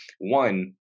One